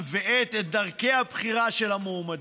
ואת דרכי הבחירה של המועמדים.